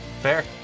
Fair